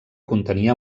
contenia